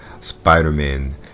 Spider-Man